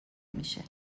میشه